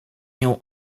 nią